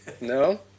No